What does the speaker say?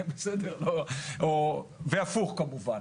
והפוך כמובן.